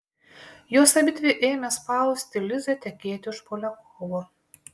jos abidvi ėmė spausti lizą tekėti už poliakovo